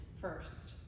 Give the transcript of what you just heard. first